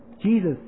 Jesus